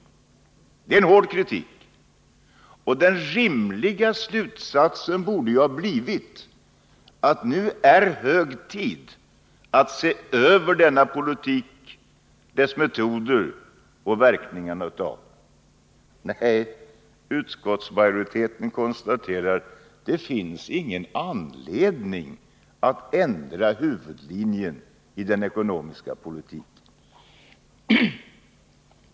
Detta är en hård kritik, och den rimliga slutsatsen borde ha blivit att det nu är hög tid att se över denna politik, dess metoder och verkningarna av den. Men nej, utskottsmajoriteten konstaterar att det inte finns någon anledning att ändra huvudlinjen i den ekonomiska politiken.